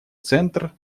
центр